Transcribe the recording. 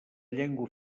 llengua